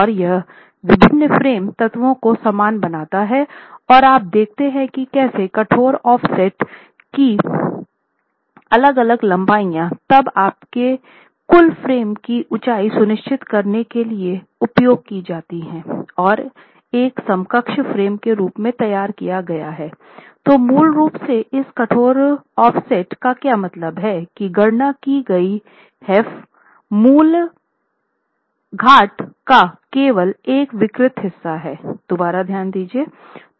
और यह विभिन्न फ्रेम तत्वों को समान बनाता है और आप देखते हैं कि कैसे कठोर ऑफसेट्स की अलग अलग लंबाई तब आपके कुल फ्रेम को ऊंचाई सुनिश्चित करने के लिए उपयोग की जाती है और एक समकक्ष फ्रेम के रूप में तैयार किया गया है